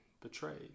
betrayed